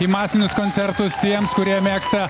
į masinius koncertus tiems kurie mėgsta